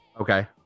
Okay